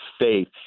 faith